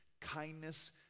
kindness